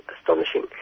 astonishing